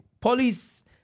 police